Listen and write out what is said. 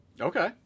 Okay